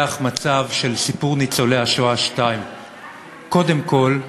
מצב של סיפור ניצולי השואה 2. קודם כול,